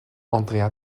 andrea